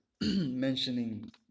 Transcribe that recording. mentioning